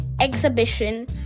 exhibition